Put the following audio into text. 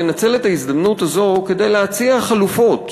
לנצל את ההזדמנות הזאת כדי להציע חלופות,